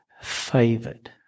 favored